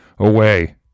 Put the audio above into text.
away